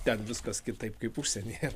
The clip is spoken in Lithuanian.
ten viskas kitaip kaip užsienyje